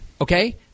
Okay